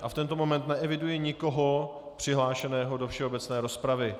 V tento moment neeviduji nikoho přihlášeného do všeobecné rozpravy.